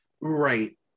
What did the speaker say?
Right